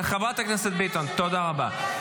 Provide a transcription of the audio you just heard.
חברת הכנסת ביטון, תודה רבה.